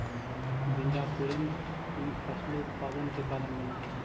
बीजांकुरण ही फसलोत्पादन के कारण बनऽ हइ